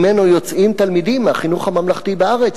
יוצאים תלמידים מהחינוך הממלכתי בארץ.